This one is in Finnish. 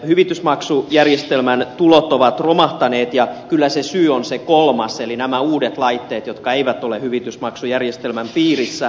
hyvitysmaksujärjestelmän tulot ovat romahtaneet ja kyllä se syy on se kolmas eli nämä uudet laitteet jotka eivät ole hyvitysmaksujärjestelmän piirissä